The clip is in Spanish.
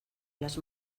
las